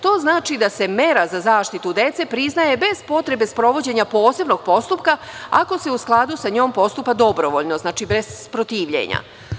To znači da se mera za zaštitu dece priznaje bez potrebe sprovođenja posebnog postupka ako se u skladu sa njom postupa dobrovoljno, znači, bez protivljenja.